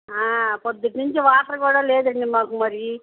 ప్రొద్దుట్నుంచి water కూడా లేదండి మాకు మరి